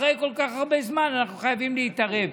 אחרי כל כך הרבה זמן אנחנו חייבים להתערב.